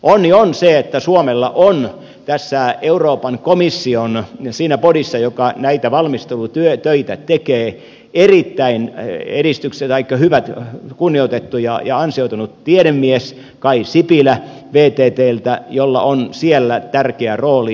onni on se että suomella on euroopan komission siinä bodyssa joka näitä valmistelutöitä tekee erittäin hyvä kunnioitettu ja ansioitunut tiedemies kai sipilä vttltä ja hänellä on siellä tärkeä rooli